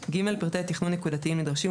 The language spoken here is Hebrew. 3‏; פרטי תכנון נקודתיים נדרשים,